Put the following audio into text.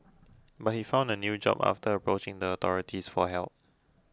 but he found a new job after approaching the authorities for help